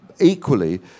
equally